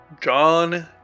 John